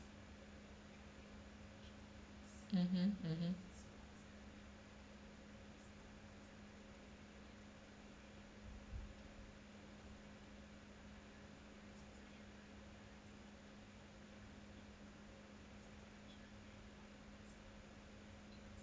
mmhmm mmhmm